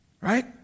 Right